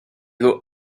could